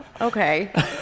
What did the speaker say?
okay